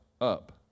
up